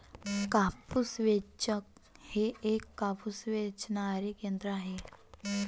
कापूस वेचक हे एक कापूस वेचणारे यंत्र आहे